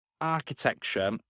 architecture